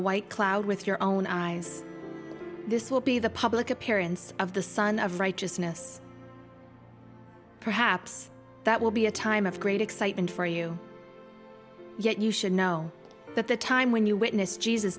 white cloud with your own eyes this will be the public appearance of the sun of righteousness perhaps that will be a time of great excitement for you yet you should know that the time when you witness jesus